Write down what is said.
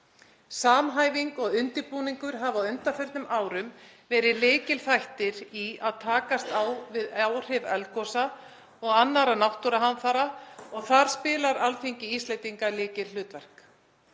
Samhæfing og undirbúningur hafa á undanförnum árum verið lykilþættir í að takast á við áhrif eldgosa og annarra náttúruhamfara og þar spilar Alþingi Íslendinga lykilhlutverk.